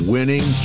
Winning